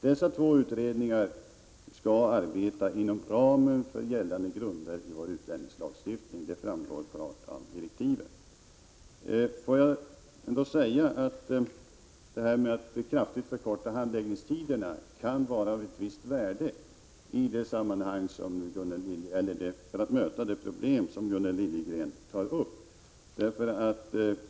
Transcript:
Dessa två utredningar skall arbeta inom ramen för gällande grunder i vår utlänningslagstiftning — det framgår klart av direktiven. Detta med att kraftigt förkorta handläggningstiderna kan vara av ett visst värde för att möta de problem som Gunnel Liljegren tar upp.